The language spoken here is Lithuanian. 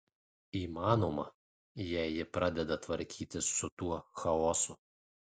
įmanoma jei ji pradeda tvarkytis su tuo chaosu